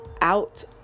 out